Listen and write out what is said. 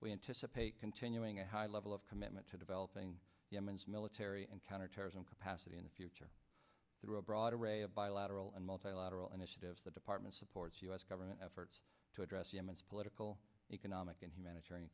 we anticipate continuing a high level of commitment to developing yemen's military and counterterrorism capacity in the future through a broad array of bilateral and multilateral initiatives that department supports u s government efforts to address yemen's political economic and humanitarian